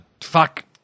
fuck